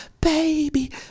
Baby